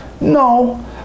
No